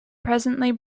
presently